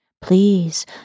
Please